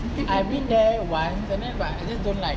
I been there once and then but I just don't like